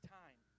time